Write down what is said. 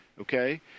okay